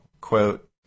quote